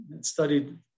studied